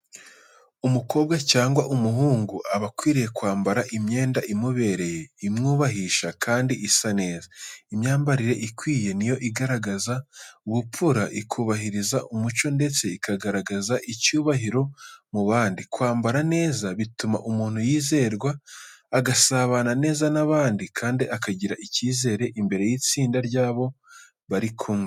Umukobwa cyangwa umuhungu aba akwiriye kwambara imyenda imubereye, imwubahisha Kandi isa neza. Imyambarire ikwiye ni yo igaragaza ubupfura, ikubahiriza umuco ndetse ikagaragaza icyubahiro mu bandi. Kwambara neza bituma umuntu yizerwa, agasabana neza n’abandi kandi akagira icyizere imbere y’itsinda ry’abo bari kumwe.